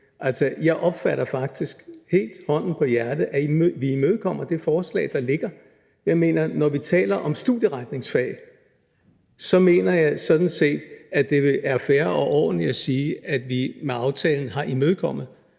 jeg opfatter faktisk – helt hånden på hjertet – at vi imødekommer det forslag, der ligger. Når vi taler om studieretningsfag, mener jeg sådan set, at det er fair og ordentligt at sige, at vi med aftalen har imødekommet